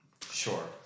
sure